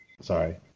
Sorry